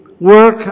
Work